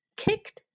kicked